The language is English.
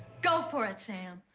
go for it, sam!